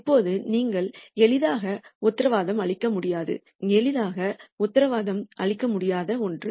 இப்போது நீங்கள் எளிதாக உத்தரவாதம் அளிக்க முடியாத ஒன்று